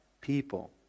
people